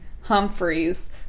Humphreys